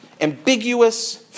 ambiguous